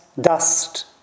dust